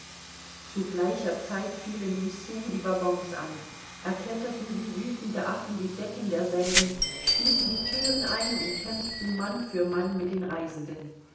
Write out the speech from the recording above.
zu gleicher zeit fielen die sioux die waggons an erkletterten wie wüthende affen die decken derselben stießen die thüren ein und kämpften mann für mann mit den reisenden